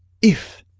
if!